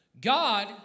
God